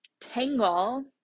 tangle